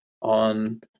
on